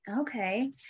Okay